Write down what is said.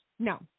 No